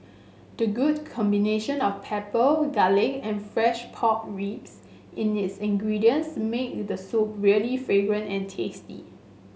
the good combination of pepper garlic and fresh pork ribs in its ingredients make the soup really fragrant and tasty